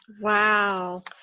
wow